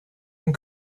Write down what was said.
and